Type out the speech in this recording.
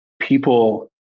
people